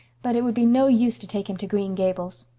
but it would be no use to take him to green gables.